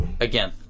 Again